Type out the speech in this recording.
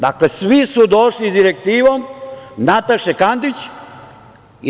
Dakle, svi su došli sa direktivom Nataše Kandić i DS.